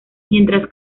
mientras